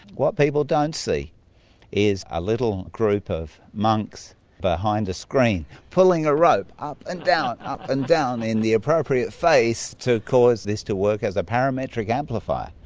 what people don't see is a little group of monks behind a screen pulling a rope up and down, up and down in the appropriate phase to cause this to work as a parametric amplifier,